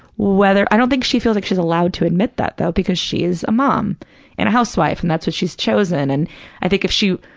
whether, i don't think she feels like she's allowed to admit that, though, because she is a mom and a housewife and that's what she's chosen. and i think if she,